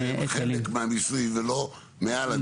שהם חלק מהמיסוי ולא מעל המיסוי.